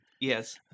Yes